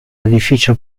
edificio